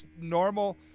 Normal